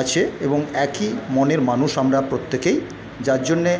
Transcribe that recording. আছে এবং একই মনের মানুষ আমরা প্রত্যেকেই যার জন্যে